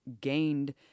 gained